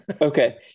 Okay